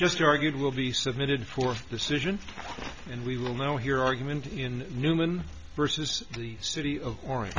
just argued will be submitted for the season and we will now hear argument in newman versus the city o